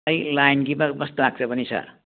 ꯑꯩ ꯂꯥꯏꯟꯒꯤ ꯕꯁꯗ ꯂꯥꯛꯆꯕꯅꯤ ꯁꯔ